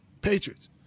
Patriots